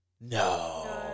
No